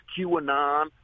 QAnon